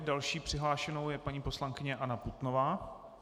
Další přihlášenou je paní poslankyně Anna Putnová.